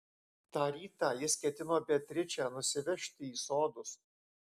tą rytą jis ketino beatričę nusivežti į sodus